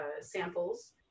samples